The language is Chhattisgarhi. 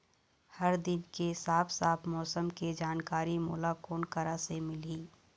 हर दिन के साफ साफ मौसम के जानकारी मोला कोन करा से मिलही?